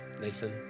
Nathan